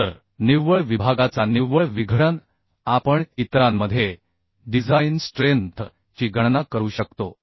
तर निव्वळ विभागाचा निव्वळ विघटन आपण इतरांमध्ये डिझाइन स्ट्रेंथ ची गणना करू शकतो